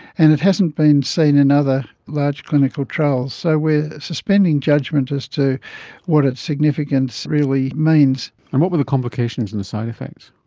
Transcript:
and it hasn't been seen in other large clinical trials. so we are suspending judgement as to what its significance really means. and what were the complications and the side-effects?